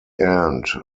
end